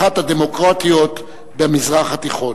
אחת הדמוקרטיות, במזרח התיכון.